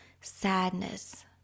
sadness